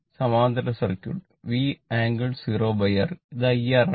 സമാന്തര circuit V ∟0R ഇത് IR ആണ്